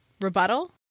rebuttal